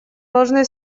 должны